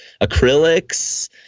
acrylics